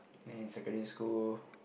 then in secondary school